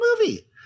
movie